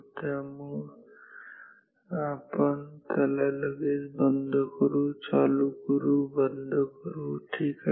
त्यामुळे आपण त्याला लगेच बंद करू चालू करू बंद करू ठीक आहे